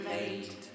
Made